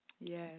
Yes